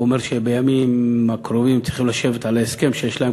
הוא אומר שבימים הקרובים צריכים לשבת על ההסכם שיש להם,